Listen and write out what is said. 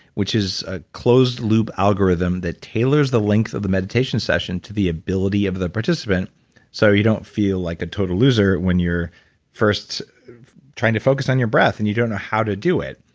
which is a closed loop algorithm that tailors the length of the meditation session to the ability of the participant so you don't feel like a total loser when you're first trying to focus on your breath and you don't how to do it.